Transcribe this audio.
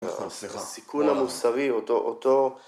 סיכון המוסרי אותו, אותו